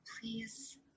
Please